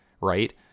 right